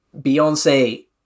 Beyonce